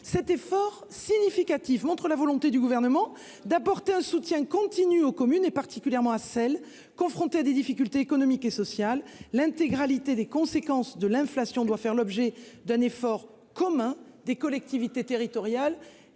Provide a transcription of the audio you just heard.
Cet effort significatif témoigne de la volonté du Gouvernement d'apporter un soutien continu aux communes, particulièrement à celles qui sont confrontées à des difficultés économiques et sociales. L'intégralité des conséquences de l'inflation doit faire l'objet d'un effort commun des collectivités territoriales